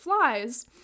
flies